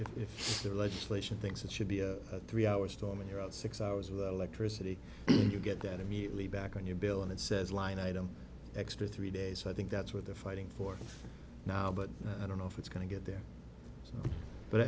the legislation thinks it should be a three hour storm and you're out six hours of the electricity you get that immediately back on your bill and it says line item extra three days so i think that's what they're fighting for now but i don't know if it's going to get there but